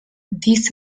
dis